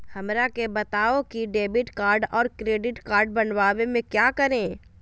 हमरा के बताओ की डेबिट कार्ड और क्रेडिट कार्ड बनवाने में क्या करें?